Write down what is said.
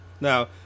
Now